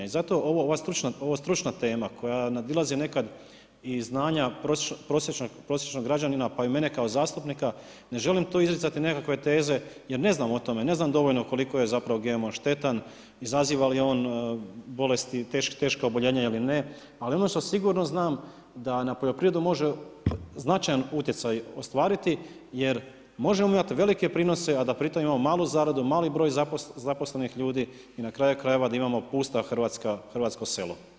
I zato je ovo stručna tema koja nadilazi nekad i znanja prosječnog građanina pa i mene kao zastupnika, ne želim tu izricati nekakve teze jer ne znam o tome, ne znam dovoljno koliko je zapravo GMO štetan, izaziva li on bolesti, teška oboljenja ili ne, ali ono što sigurno znam da na poljoprivredu može značajan utjecaj ostvariti jer možemo mi imati velike prinose a da pritom imamo malu zaradu, mali broj zaposlenih ljudi i na kraju krajeva da imamo pusto hrvatsko selo.